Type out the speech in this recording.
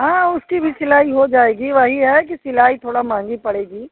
हाँ उसकी भी सिलाई हो जाएगी वही है कि सिलाई थोड़ी महंगी पड़ेगी